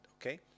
Okay